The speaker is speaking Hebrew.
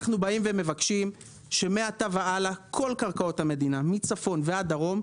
אנחנו באים ומבקשים שמעתה והלאה כל קרקעות המדינה מצפון ועד דרום,